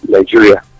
Nigeria